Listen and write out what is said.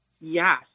Yes